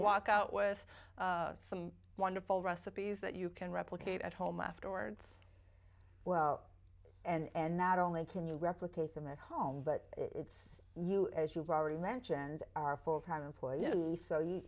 walk out with some wonderful recipes that you can replicate at home afterwards well and not only can you replicate them at home but it's as you've already mentioned our full time employees you